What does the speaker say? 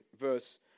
verse